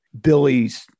Billy's